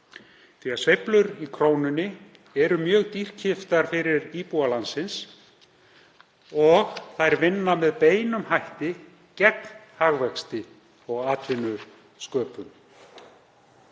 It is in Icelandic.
tímans. Sveiflur í krónunni eru mjög dýrkeyptar fyrir íbúa landsins og þær vinna með beinum hætti gegn hagvexti og atvinnusköpun.